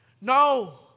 No